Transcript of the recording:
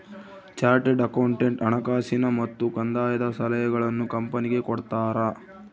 chartered accountant ಹಣಕಾಸಿನ ಮತ್ತು ಕಂದಾಯದ ಸಲಹೆಗಳನ್ನು ಕಂಪನಿಗೆ ಕೊಡ್ತಾರ